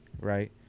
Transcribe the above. right